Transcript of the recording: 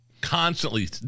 constantly